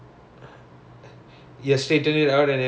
oh like they try to straighten it out and stuff